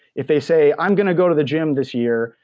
if they say, i'm going to go to the gym this year,